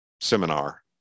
seminar